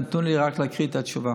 ותנו לי רק להקריא את התשובה.